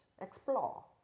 Explore